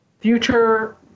future